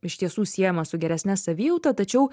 iš tiesų siejama su geresne savijauta tačiau